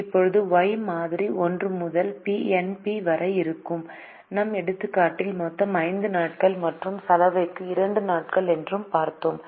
இப்போது y மாறி 1 முதல் n p வரை இருக்கும் நம் எடுத்துக்காட்டில் மொத்தம் 5 நாட்கள் மற்றும் சலவைக்கு 2 நாட்கள் என்று பார்த்தோம்